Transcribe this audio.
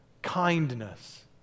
kindness